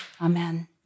Amen